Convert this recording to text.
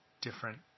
different